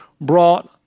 brought